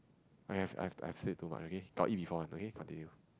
I've I've I've said too much okay got eat before one okay continue